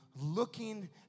looking